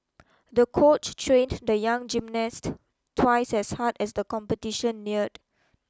the coach trained the young gymnast twice as hard as the competition neared